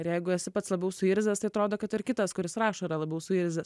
ir jeigu esi pats labiau suirzęstai atrodo kad ar kitas kuris rašo yra labiau suirzęs